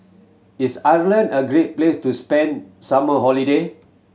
is Ireland a great place to spend summer holiday